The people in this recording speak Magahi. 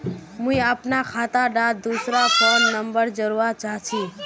मुई अपना खाता डात दूसरा फोन नंबर जोड़वा चाहची?